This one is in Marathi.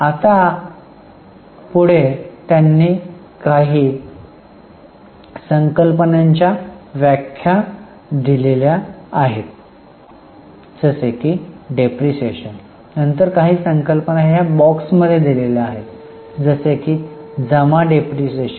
आता आता पुढे त्यांनी काही संकल्पनांच्या व्याख्या दिल्या आहेत जसे की डिप्रीशीएशन नंतर काही संकल्पना ह्या बॉक्समध्ये दिलेल्या आहेत जसे की जमा डिप्रीशीएशन